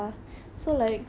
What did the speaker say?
orh